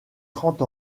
trente